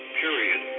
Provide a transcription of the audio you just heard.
period